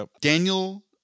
Daniel